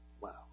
Wow